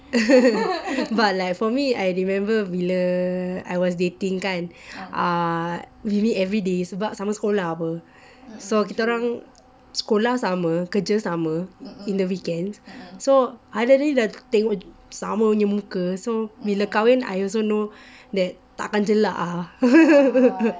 but like for me I remember bila I was dating kan uh we meet everyday sebab sama sekolah apa so kita orang sekolah sama kerja sama in the weekends so hari-hari dah tengok sama punya muka so bila kahwin I also know that takkan jelak ah